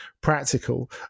practical